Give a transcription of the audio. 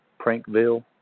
Prankville